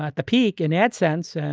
the peak in adsense, and